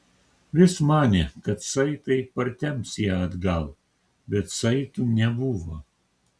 vis manė kad saitai partemps ją atgal bet saitų nebuvo